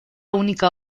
única